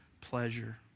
pleasure